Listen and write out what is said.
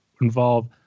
involve